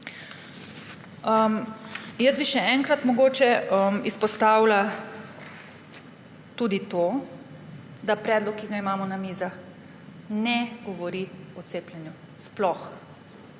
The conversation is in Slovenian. kako. Še enkrat bi mogoče izpostavila tudi to, da predlog, ki ga imamo na mizah, ne govori o cepljenju, sploh.